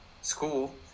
school